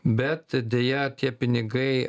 bet deja tie pinigai